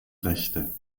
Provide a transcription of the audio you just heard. rechte